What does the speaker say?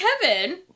Kevin